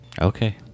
Okay